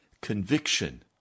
conviction